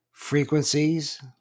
Frequencies